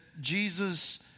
Jesus